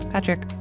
Patrick